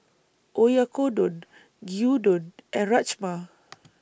Oyakodon Gyudon and Rajma